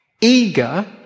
eager